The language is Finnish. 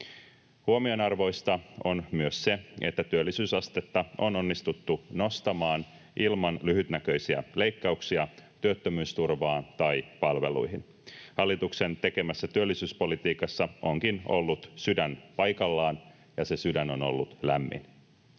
Huomionarvoista on myös se, että työllisyysastetta on onnistuttu nostamaan ilman lyhytnäköisiä leikkauksia työttömyysturvaan tai palveluihin. Hallituksen tekemässä työllisyyspolitiikassa onkin ollut sydän paikallaan, ja se sydän on ollut lämmin.